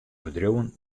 bedriuwen